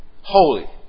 Holy